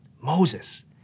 Moses